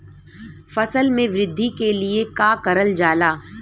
फसल मे वृद्धि के लिए का करल जाला?